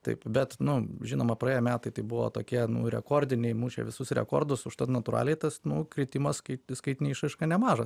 taip bet nu žinoma praėję metai tai buvo tokie nu rekordiniai mušė visus rekordus užtat natūraliai tas nu kritimas kai skaitine išraiška nemažas